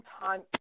time